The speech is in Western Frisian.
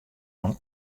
oan